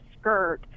skirt –